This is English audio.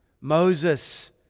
Moses